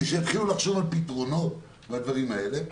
שיתחילו לחשוב על פתרונות לדברים האלה,